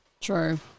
True